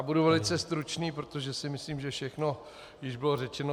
Budu velice stručný, protože si myslím, že všechno již bylo řečeno.